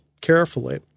carefully